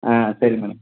ஆ சரி மேடம்